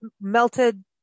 melted